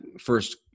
first